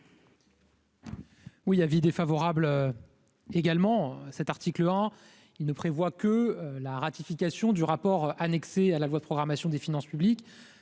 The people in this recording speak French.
Oui : avis défavorable également cet article, hein, il ne prévoit que la ratification du rapport annexé à la loi de programmation des finances publiques,